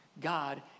God